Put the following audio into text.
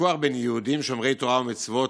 הוויכוח בין יהודים שומרי תורה ומצוות